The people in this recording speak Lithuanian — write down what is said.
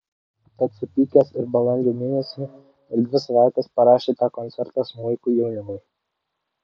tad supykęs ir balandžio mėnesį per dvi savaites parašė tą koncertą smuikui jaunimui